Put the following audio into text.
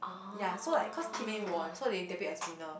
ya so like cause team A won so they debut it as winner